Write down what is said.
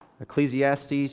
Ecclesiastes